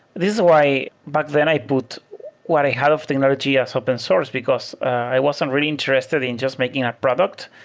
this is why back then i put what i had of technology as open source, because i wasn't really interested in just making a product.